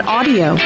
Audio